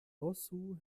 roseau